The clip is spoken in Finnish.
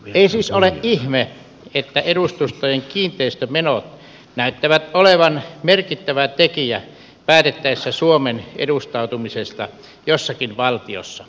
ei siis ole ihme että edustustojen kiinteistömenot näyttävät olevan merkittävä tekijä päätettäessä suomen edustautumisesta jossakin valtiossa